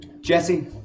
Jesse